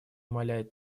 умаляет